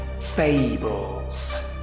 Fables